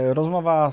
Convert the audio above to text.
rozmowa